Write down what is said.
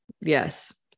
Yes